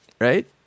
right